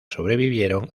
sobrevivieron